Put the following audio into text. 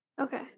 Okay